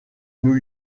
new